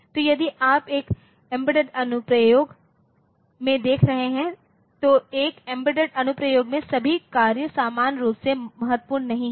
तो यदि आप एक एम्बेडेड अनुप्रयोग में देख रहे हैं तो एक एम्बेडेड अनुप्रयोग में सभी कार्य समान रूप से महत्वपूर्ण नहीं हैं